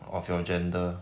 of your gender